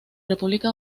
república